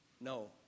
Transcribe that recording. No